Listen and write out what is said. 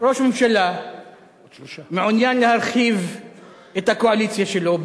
ראש ממשלה מעוניין להרחיב את הקואליציה שלו,